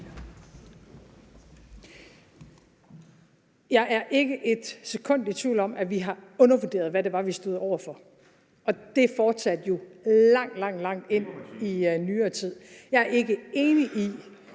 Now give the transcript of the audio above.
Jeg er ikke et sekund i tvivl om, at vi har undervurderet, hvad det var, vi stod over for, og det fortsatte jo langt, langt, langt ind i nyere tid. (Morten